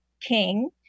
King